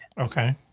Okay